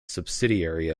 subsidiary